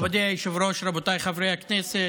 מכובדי היושב-ראש, רבותיי חברי הכנסת,